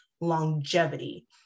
longevity